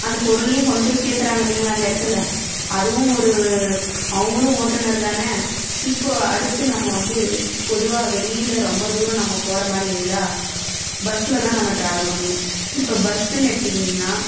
அந்த பொருளையும் கொண்டு போய் சேர்த்துறாங்க இல்லீங்களா அந்த இடத்துல அதுவும் ஒரு அவங்களும் ஓட்டுநர் தானே இப்போது அடுத்து நம்ம வந்து பொதுவாக வெளியில் ரொம்ப தூரம் நம்ம போகிற மாதிரி இருந்தால் பஸ்சில் தான் நம்ம ட்ராவல் பண்ணுவோம் இப்போ பஸ்ஸுன்னு எடுத்தீங்கனிங்கன்னால்